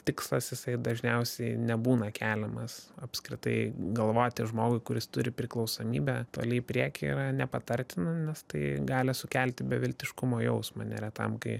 tikslas jisai dažniausiai nebūna keliamas apskritai galvoti žmogui kuris turi priklausomybę toli į prieky yra nepatartina nes tai gali sukelti beviltiškumo jausmą neretam kai